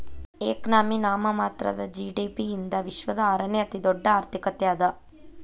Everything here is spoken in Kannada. ಎಕನಾಮಿ ನಾಮಮಾತ್ರದ ಜಿ.ಡಿ.ಪಿ ಯಿಂದ ವಿಶ್ವದ ಆರನೇ ಅತಿದೊಡ್ಡ್ ಆರ್ಥಿಕತೆ ಅದ